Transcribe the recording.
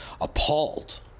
appalled